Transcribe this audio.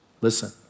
Listen